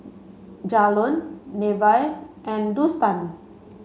Jalon Nevaeh and Dustan